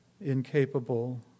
incapable